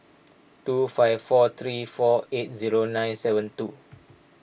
two five four three four eight zero nine seven two